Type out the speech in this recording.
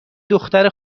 دختر